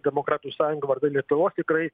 demokratų sąjunga vardan lietuvos tikrai